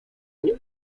nim